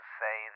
say